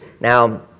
Now